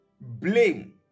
blame